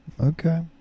Okay